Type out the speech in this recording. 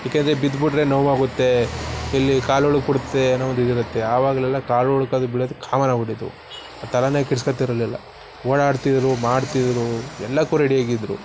ಯಾಕೆಂದರೆ ಬಿದ್ಬಿಟ್ರೆ ನೋವಾಗುತ್ತೆ ಎಲ್ಲಿ ಕಾಲು ಉಳುಕ್ಬಿಡುತ್ತೆ ಅನ್ನೋ ಒಂದು ಇದಿರುತ್ತೆ ಆವಾಗ್ಲೆಲ್ಲ ಕಾಲು ಉಳುಕೋದು ಬಿಡೋದು ಕಾಮನ್ನಾಗಿಬಿಟ್ಟಿತ್ತು ತಲೆಯೇ ಕೆಡ್ಸ್ಕೊಳ್ತಿರ್ಲಿಲ್ಲ ಓಡಾಡ್ತಿದ್ರು ಮಾಡ್ತಿದ್ರು ಎಲ್ಲದಕ್ಕೂ ರೆಡಿಯಾಗಿದ್ದರೂ